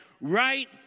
right